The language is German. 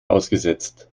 ausgesetzt